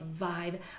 vibe